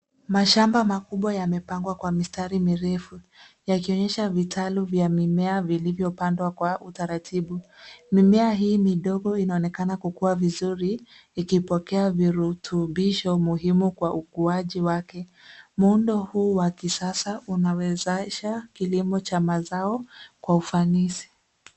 Mashamba makubwa yamepangwa kwa mistari mirefu, yakionyesha vitalu vya mimea vilivyopandwa kwa utaratibu. Mimea hii ni ndogo inaonekana kukua vizuri, ikipokea virutubisho muhimu kwa ukuaji wake. Muundo huu wa kisasa unawezesha kilimo cha mazao, kwa ufanisi.